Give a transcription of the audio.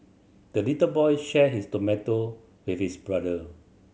the little boy shared his tomato with his brother